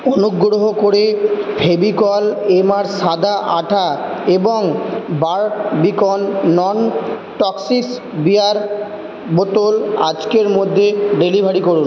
অনুগ্রহ করে ফেভিকল এমআর সাদা আঠা এবং বারবিকন নন টক্সিক বিয়ার বোতল আজকের মধ্যে ডেলিভারি করুন